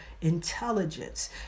intelligence